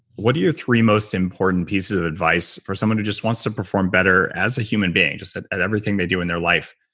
what are your three most important pieces of advice for someone who just wants to perform better as a human being, just at at everything they do in their life?